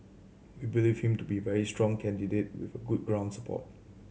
we believe him to be very strong candidate with good ground support